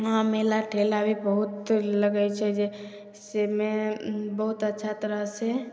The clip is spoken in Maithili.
वहाँ मेला ठेला भी बहुत लगै छै जाहिसेमे बहुत अच्छा तरहसे